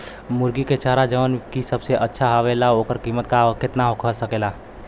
मुर्गी के चारा जवन की सबसे अच्छा आवेला ओकर कीमत केतना हो सकेला?